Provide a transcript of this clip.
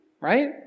right